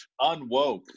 Unwoke